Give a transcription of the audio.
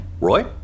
Roy